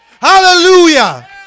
Hallelujah